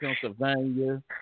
Pennsylvania